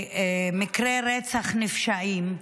במקרי רצח נפשעים,